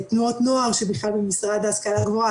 כל תנועות הנוער שהן בכלל במשרד להשכלה גבוהה.